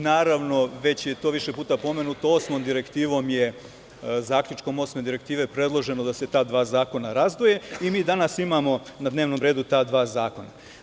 Naravno, već je to više puta pomenuto, zaključkom Osmedirektive je predloženo da se ta dva zakona razdvoje i mi danas imamo na dnevnom redu ta dva zakona.